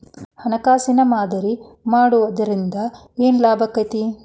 ಹಣ್ಕಾಸಿನ್ ಮಾದರಿ ಮಾಡಿಡೊದ್ರಿಂದಾ ಏನ್ ಲಾಭಾಕ್ಕೇತಿ?